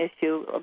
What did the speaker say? issue